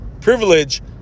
privilege